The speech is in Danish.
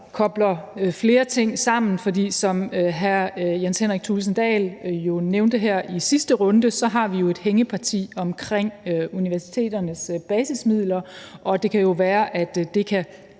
kobler flere ting sammen, for som hr. Jens Henrik Thulesen Dahl nævnte her i sidste runde, så har vi et hængeparti med hensyn til universiteternes basismidler, og det kan jo være, at det kan